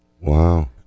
Wow